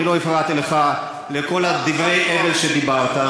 אני לא הפרעתי לך בכל דברי ההבל שדיברת.